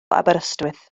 aberystwyth